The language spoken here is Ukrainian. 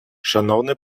шановний